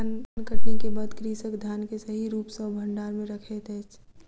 धानकटनी के बाद कृषक धान के सही रूप सॅ भंडार में रखैत अछि